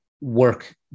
work